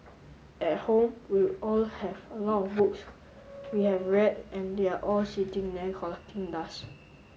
at home we all have a lot of books we have read and they are all sitting there collecting dust